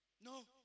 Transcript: No